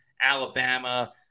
Alabama